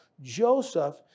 Joseph